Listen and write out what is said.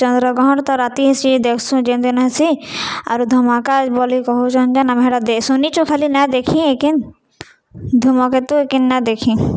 ଚନ୍ଦ୍ରଗ୍ରହଣ୍ ତ ରାତି ହେସି ଦେଖ୍ସୁଁ ଯେନ୍ ଦିନ ହେସି ଆରୁ ଧମାକା ବୋଲି କହୁଚନ୍ ଯେନ୍ ଆମେ ହେଟା ସୁନିଚୁ ଖାଲି ନାଏ ଦେଖି ଏଖିନ୍ ଧୁମକେତୁ କେ ନାଏ ଦେଖି